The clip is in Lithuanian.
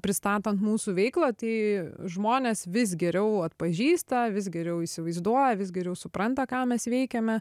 pristatant mūsų veiklą tai žmonės vis geriau atpažįsta vis geriau įsivaizduoja vis geriau supranta ką mes veikiame